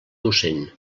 docent